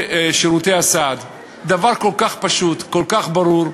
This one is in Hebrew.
שירותי הסעד, דבר כל כך פשוט, כל כך ברור,